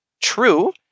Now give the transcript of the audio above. true